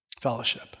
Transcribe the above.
Fellowship